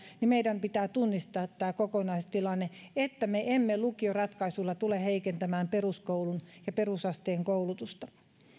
tunnistaa tämä kokonaistilanne että me emme lukioratkaisuilla tule heikentämään peruskoulun ja perusasteen koulutusta